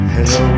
Hello